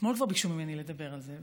שאתמול כבר ביקשו ממני לדבר על זה,